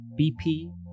BP